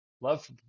love